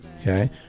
okay